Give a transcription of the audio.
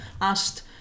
asked